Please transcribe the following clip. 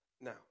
Now